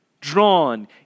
drawn